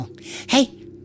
Hey